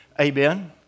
Amen